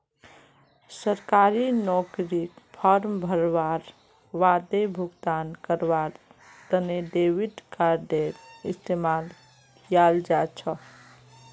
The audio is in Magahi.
सरकारी नौकरीर फॉर्म भरवार बादे भुगतान करवार तने डेबिट कार्डडेर इस्तेमाल कियाल जा छ